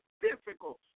difficult